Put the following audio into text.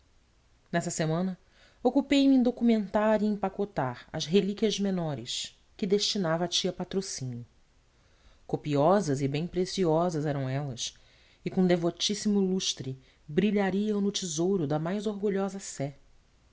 nessa semana ocupei me em documentar e empacotar as relíquias menores que destinava à tia patrocínio copiosas e bem preciosas eram elas e com devotíssimo lustre brilhariam no tesouro da mais orgulhosa sé